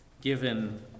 given